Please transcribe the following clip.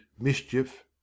mischief